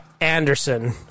Anderson